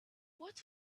what